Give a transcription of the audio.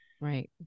Right